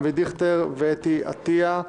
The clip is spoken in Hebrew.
אבי דיכטר ואתי עטיה.